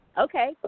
okay